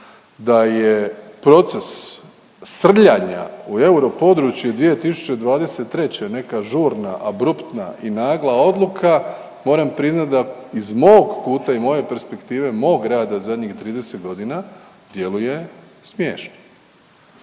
da je proces srljanja u europodručje 2023. neka žurna, abruptna i nagla odluka moram priznat da iz mog kuta i moje perspektive mog rada zadnjih 30 godina djeluje smiješno.